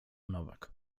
nowak